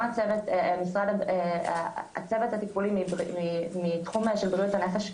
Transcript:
גם הצוות הטיפולי מתחום של בריאות הנפש,